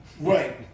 Right